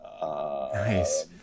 Nice